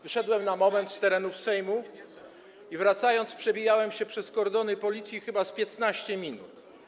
Wyszedłem na moment z terenów Sejmu i, wracając, przebijałem się przez kordony policji chyba z 15 minut.